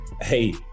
hey